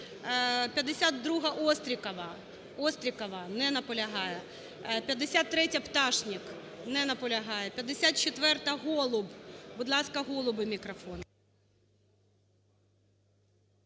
Острікова! Не наполягає. 53-я, Пташник. Не наполягає. 54-а, Голуб. Будь ласка, Голубу мікрофон.